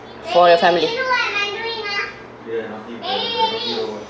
for your family